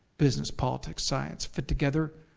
business, politics, science fit together,